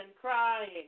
crying